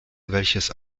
welches